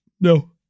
No